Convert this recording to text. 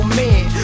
man